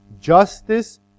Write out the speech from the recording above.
Justice